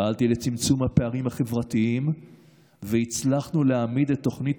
פעלתי לצמצום הפערים החברתיים והצלחנו להעמיד את תוכנית